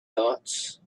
thoughts